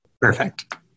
Perfect